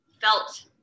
felt